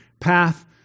path